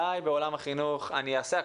אני אעשה הכול כדי שהנושא הזה לא יהיה